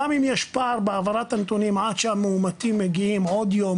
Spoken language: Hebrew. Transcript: גם אם יש פער בהעברת הנתונים עד שהמאומתים מגיעים עוד יום,